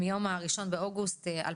מיום ה-1 באוגוסט 2021,